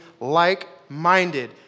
like-minded